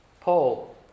Paul